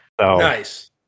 Nice